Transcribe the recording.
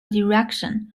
direction